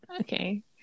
Okay